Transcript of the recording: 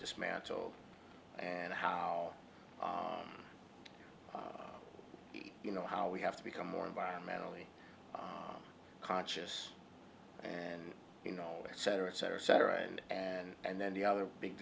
dismantled and how you know how we have to become more environmentally conscious and you know cetera et cetera et cetera and and and then the other big